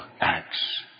acts